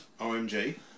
OMG